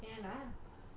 ஏன்:yaen lah